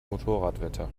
motorradwetter